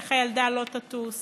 איך הילדה לא תטוס